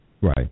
Right